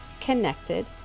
connected